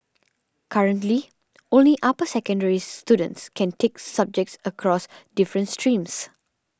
currently only upper secondary students can take subjects across different streams